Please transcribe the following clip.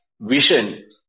vision